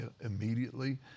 immediately